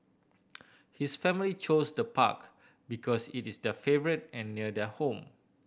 his family chose the park because it is their favourite and near their home